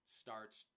starts